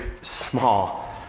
small